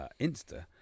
Insta